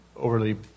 overly